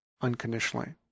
unconditionally